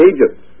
Egypt